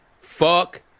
Fuck